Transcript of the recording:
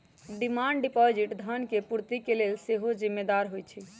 demand deposit धन के पूर्ति के लेल सेहो जिम्मेदार होइ छइ